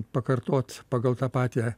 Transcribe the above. pakartot pagal tą patį